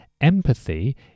empathy